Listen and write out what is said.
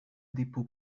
dépôts